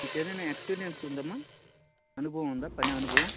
నీకు ఏదైనా ఎక్స్పీరియన్స్ ఉందా అమ్మా అనుభవం ఉందా పని అనుభవం